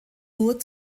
nur